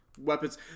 weapons